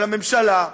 של הממשלה,